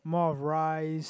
more of rice